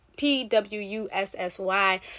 P-W-U-S-S-Y